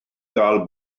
gael